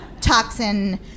toxin